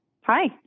Hi